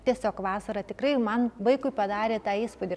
tiesiog vasarą tikrai man vaikui padarė tą įspūdį